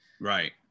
right